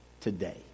Today